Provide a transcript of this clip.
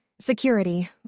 Security